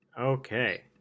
Okay